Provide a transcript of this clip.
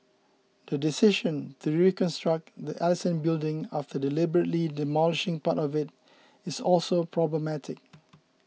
the decision to reconstruct the Ellison Building after deliberately demolishing part of it is also problematic